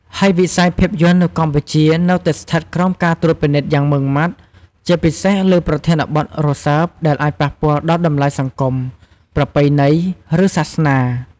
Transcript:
ហើយវិស័យភាពយន្តនៅកម្ពុជានៅតែស្ថិតក្រោមការត្រួតពិនិត្យយ៉ាងម៉ឺងម៉ាត់ ជាពិសេសលើប្រធានបទរសើបដែលអាចប៉ះពាល់ដល់តម្លៃសង្គម ប្រពៃណី ឬសាសនា។